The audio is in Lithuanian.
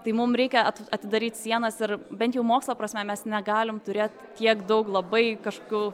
tai mum reikia atidaryt sienas ir bent jau mokslo prasme mes negalim turėt tiek daug labai kažkokių